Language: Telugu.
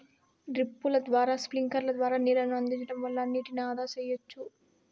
డ్రిప్పుల ద్వారా స్ప్రింక్లర్ల ద్వారా నీళ్ళను అందించడం వల్ల నీటిని ఆదా సెయ్యచ్చు